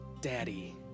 Daddy